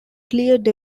cleared